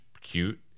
cute